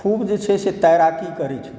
खूब जे छै से तैराकी करै छलहुँ